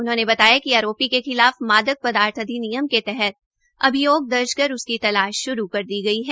उन्होने बताया कि आरोपी के खिलाफ मादक पदार्थ अधिनियम के तहत अभियोग दर्ज कर उसकी तलाश श्रु कर दी है